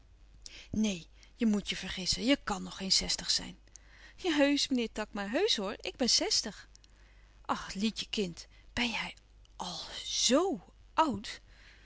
neen je moet je vergissen je kàn nog geen zestig zijn ja heusch meneer takma heusch hoor ik ben zestig ach lietje kind ben jij al zo oud